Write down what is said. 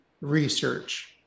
research